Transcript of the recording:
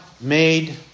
made